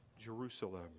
Jerusalem